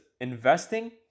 investing